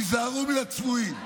היזהרו מן הצבועים.